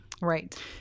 Right